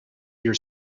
your